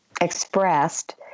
expressed